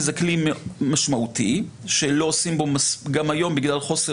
וזה כלי משמעותי שלא עושים בו מספיק גם היום בגלל חוסר